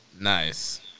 Nice